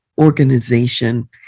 organization